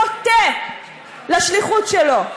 חוטא לשליחות שלו.